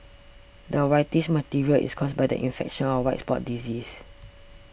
the whitish material is caused by the infection of white spot disease